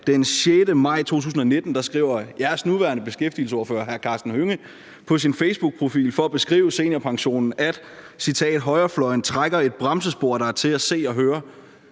den 6. maj 2019 skriver jeres nuværende beskæftigelsesordfører, hr. Karsten Hønge, på sin twitterprofil for at beskrive seniorpensionen: »Højrefløjen trækker et bremsespor, der er til at høre